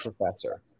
professor